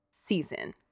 season